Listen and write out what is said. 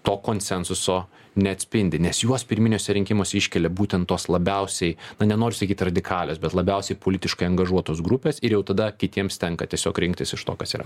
to konsensuso neatspindi nes juos pirminiuose rinkimuose iškelia būtent tos labiausiai nenoriu sakyt radikalios bet labiausiai politiškai angažuotos grupės ir jau tada kitiems tenka tiesiog rinktis iš to kas yra